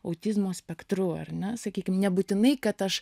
autizmo spektru ar ne sakykim nebūtinai kad aš